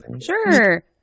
Sure